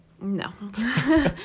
No